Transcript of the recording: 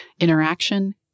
interaction